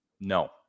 No